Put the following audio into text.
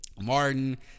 Martin